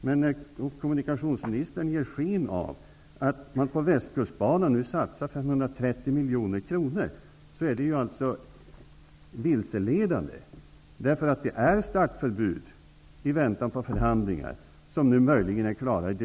Det är vilseledande när kommunikationsministern nu ger sken av att man satsar 530 miljoner kronor på västkustbanan. Det råder nu startförbud för detta projekt, i väntan på förhandlingar som möjligen blir klara i